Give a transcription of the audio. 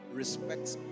respects